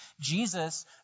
Jesus